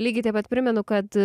lygiai taip pat primenu kad